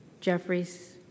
Jeffries